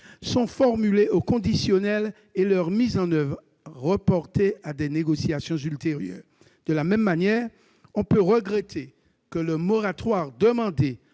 -sont formulées au conditionnel, et leur mise en oeuvre est reportée à des négociations ultérieures. De la même manière, on peut regretter que le moratoire demandé